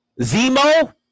Zemo